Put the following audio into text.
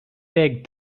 big